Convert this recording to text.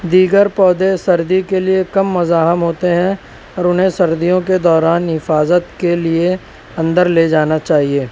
دیگر پودے سردی کے لیے کم مزاحم ہوتے ہیں اور انہیں سردیوں کے دوران حفاظت کے لیے اندر لے جانا چاہیے